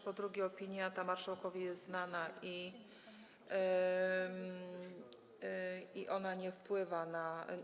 Po drugie, opinia ta marszałkowi jest znana i ona nie wpływa na.